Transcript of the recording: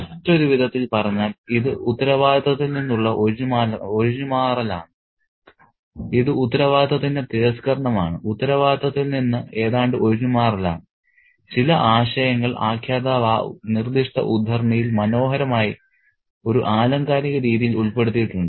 മറ്റൊരു വിധത്തിൽ പറഞ്ഞാൽ ഇത് ഉത്തരവാദിത്തത്തിൽ നിന്ന് ഉള്ള ഒഴിഞ്ഞുമാറലാണ് ഇത് ഉത്തരവാദിത്തത്തിന്റെ തിരസ്കരണമാണ് ഉത്തരവാദിത്തത്തിൽ നിന്ന് ഏതാണ്ട് ഒഴിഞ്ഞുമാറലാണ് ചില ആശയങ്ങൾ ആഖ്യാതാവ് ആ നിർദ്ദിഷ്ട ഉദ്ധരണിയിൽ മനോഹരമായി ഒരു ആലങ്കാരിക രീതിയിൽ ഉൾപ്പെടുത്തിയിട്ടുണ്ട്